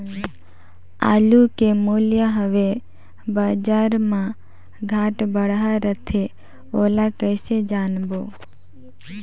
आलू के मूल्य हवे बजार मा घाट बढ़ा रथे ओला कइसे जानबो?